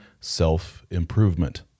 self-improvement